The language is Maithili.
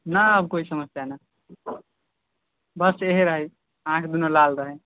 ना आब कोई समस्या नहि बस इहै रहै आँखि दुनू लाल रहै